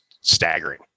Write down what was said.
staggering